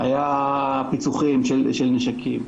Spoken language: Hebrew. היה פיצוחים של נשקים,